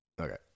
okay